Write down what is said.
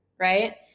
right